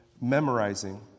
memorizing